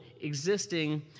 existing